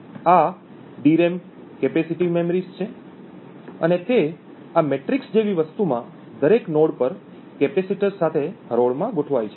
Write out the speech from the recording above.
આ DRAM capacitive memories છે અને તે આ મેટ્રિક્સ જેવી વસ્તુમાં દરેક નોડ પર કેપેસિટર સાથે હરોળમાં ગોઠવાય છે